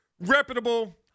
reputable